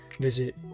visit